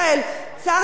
חברים יקרים,